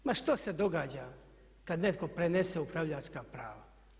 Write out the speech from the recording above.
Ma što se događa kad netko prenese upravljačka prava?